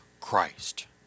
Christ